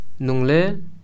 nungle